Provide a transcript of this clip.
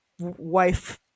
wife